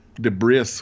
debris